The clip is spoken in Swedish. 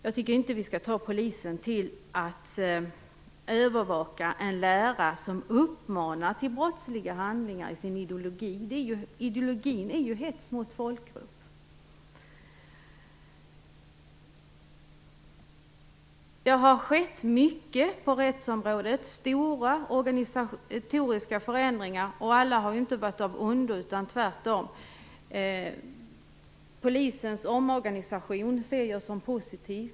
Jag tycker inte att vi skall ha polisen till att övervaka en lärare som uppmanar till brottsliga handlingar i sin ideologi. Ideologin är ju hets mot folkgrupp. Det har skett mycket på rättsområdet, bl.a. stora organisatoriska förändringar. Alla har inte varit av ondo - tvärtom. Polisens omorganisation ser jag som positiv.